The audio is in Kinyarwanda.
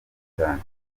cyane